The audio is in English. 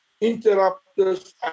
interrupters